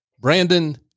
Brandon